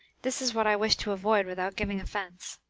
this is what i wish to avoid without giving offense.